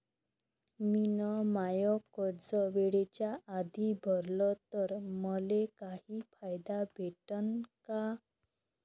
मिन माय कर्ज वेळेच्या आधी भरल तर मले काही फायदा भेटन का?